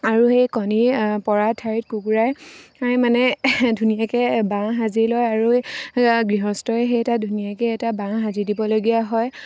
আৰু সেই কণী পৰা ঠাইত কুকুৰাই মানে ধুনীয়াকৈ বাঁহ সাজি লয় আৰু গৃহস্থই সেই এটা ধুনীয়াকৈ এটা বাঁহ সাজি দিবলগীয়া হয়